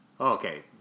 Okay